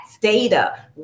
data